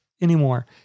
anymore